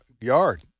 yard